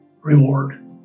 reward